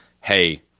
hey